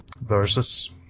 versus